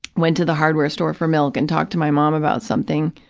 went to the hardware store for milk and talked to my mom about something